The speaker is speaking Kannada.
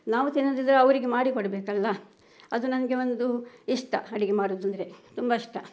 ನಾವು ತಿನ್ನೋದಿದ್ರೆ ಅವರಿಗೆ ಮಾಡಿ ಕೊಡಬೇಕಲ್ಲ ಅದು ನನಗೆ ಒಂದು ಇಷ್ಟ ಅಡುಗೆ ಮಾಡೋದು ಅಂದರೆ ತುಂಬ ಇಷ್ಟ